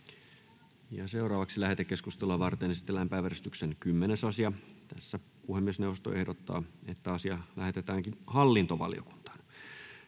Content: Lähetekeskustelua varten esitellään päiväjärjestyksen 10. asia. Puhemiesneuvosto ehdottaa, että asia lähetetään hallintovaliokuntaan.